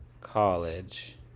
College